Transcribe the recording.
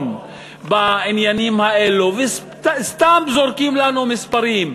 בעניינים האלה וסתם זורקים לנו מספרים.